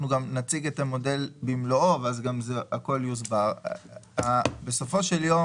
שיש בגינו הבטחת תשואה יושקע באפיק השקעה לפי הכללים